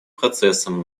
процессом